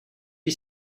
you